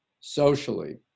socially